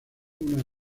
una